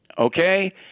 okay